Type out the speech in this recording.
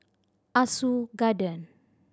Ah Soo Garden